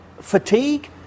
fatigue